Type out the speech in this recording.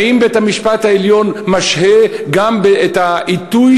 האם בית-המשפט העליון משהה גם את העיתוי